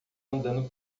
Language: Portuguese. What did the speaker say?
andando